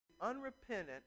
unrepentant